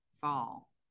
fall